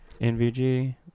NVG